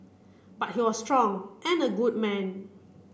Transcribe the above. but he was strong and a good man